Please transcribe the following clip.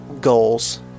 goals